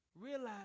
realize